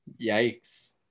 yikes